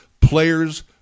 players